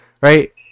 right